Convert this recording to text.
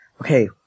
okay